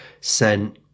sent